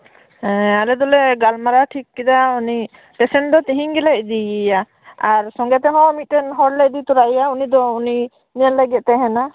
ᱦᱮᱸ ᱟᱞᱮ ᱫᱚᱞᱮ ᱜᱟᱞᱢᱟᱨᱟᱣ ᱴᱷᱤᱠ ᱠᱮᱫᱟ ᱩᱱᱤ ᱯᱮᱥᱮᱱᱴ ᱫᱚ ᱛᱤᱦᱤᱧ ᱜᱮᱞᱮ ᱤᱫᱤᱭᱮᱭᱟ ᱟᱨ ᱥᱚᱸᱜᱮ ᱛᱮᱦᱚᱸ ᱢᱤᱴᱮᱱ ᱦᱚᱲ ᱞᱮ ᱤᱫᱤ ᱛᱚᱨᱟᱭᱮᱭᱟ ᱩᱱᱤ ᱫᱚ ᱩᱱᱤ ᱧᱮᱞ ᱞᱟᱹᱜᱤᱫᱮ ᱛᱟᱸᱦᱮᱱᱟ